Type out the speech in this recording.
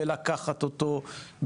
בלקחת אותו,